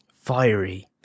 fiery